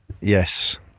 Yes